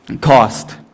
cost